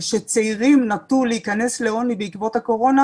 שצעירים נטו להיכנס לעוני בעקבות הקורונה